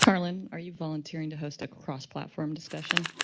karyln, are you volunteering to host a cross platform discussion?